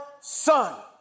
son